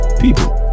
people